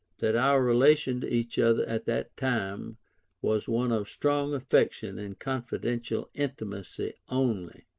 that our relation to each other at that time was one of strong affection and confidential intimacy only.